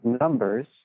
numbers